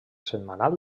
setmanal